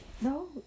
No